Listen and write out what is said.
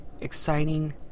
exciting